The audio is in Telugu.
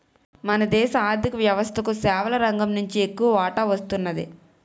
మన దేశ ఆర్ధిక వ్యవస్థకు సేవల రంగం నుంచి ఎక్కువ వాటా వస్తున్నది